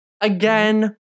Again